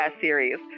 series